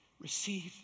Receive